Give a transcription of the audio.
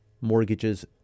mortgages